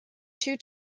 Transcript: two